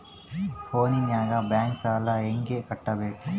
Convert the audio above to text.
ಫೋನಿನಾಗ ಬ್ಯಾಂಕ್ ಸಾಲ ಹೆಂಗ ಕಟ್ಟಬೇಕು?